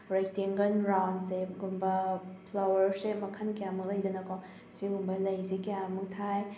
rectangle round shape ꯀꯨꯝꯕ flower shape ꯃꯈꯜ ꯀꯌꯥꯃꯨꯛ ꯂꯩꯗꯅꯀꯣ ꯁꯤꯒꯤꯒꯨꯝꯕ ꯂꯩꯁꯦ ꯀꯌꯥꯃꯨꯛ ꯊꯥꯏ